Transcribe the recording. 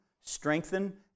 strengthen